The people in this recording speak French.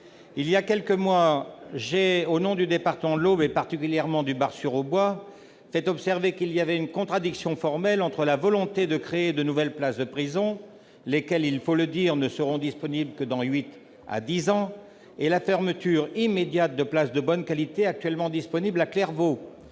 Il y a quelques mois, au nom du département de l'Aube, et plus particulièrement du Bar-sur-Aubois, j'ai fait observer qu'il y avait une contradiction formelle entre la volonté de créer de nouvelles places de prison, lesquelles ne seront disponibles que dans huit à dix ans, et la fermeture immédiate de places de bonne qualité actuellement disponibles à Clairvaux,